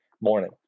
morning